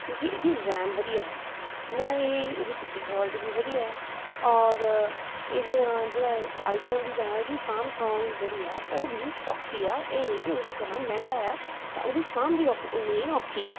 ਕਿਉਂਕਿ ਇਹਦੀ ਰੈਮ ਵਧੀਆ ਆ ਨਾਲੇ ਇਹਦੀ ਪਿੱਚਰ ਕੁਆਲਿਟੀ ਵੀ ਵਧੀਆ ਹੈ ਔਰ ਇਹਦੇ ਨਾਲ ਜਿਹੜਾ ਆਈਫੋਨ ਦੀ ਤਰ੍ਹਾਂ ਇਹਦੀ ਸਾਂਭ ਸੌਂਗ ਜਿਹੜੀ ਆ ਉਹ ਵੀ ਸੌਖੀ ਆ ਇਹ ਨਹੀਂ ਕਿ ਉਹਦੀ ਤਰ੍ਹਾਂ ਮਹਿੰਗਾ ਆ ਤਾਂ ਉਹਦੀ ਸਾਂਭ ਵੀ ਔਖ ਓਨੀ ਹੀ ਔਖੀ ਆ